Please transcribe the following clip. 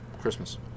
Christmas